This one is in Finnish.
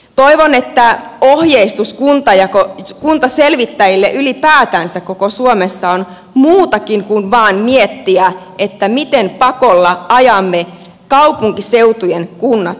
toivon että ohjeistus kuntaselvittäjille ylipäätänsä koko suomessa on muutakin kuin vain miettiä miten pakolla ajamme kaupunkiseutujen kunnat yhteen